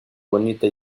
bonita